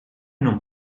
non